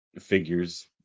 figures